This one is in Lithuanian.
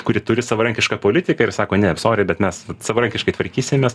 kuri turi savarankišką politiką ir sako ne sori bet mes savarankiškai tvarkysimės